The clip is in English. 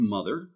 Mother